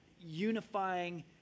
unifying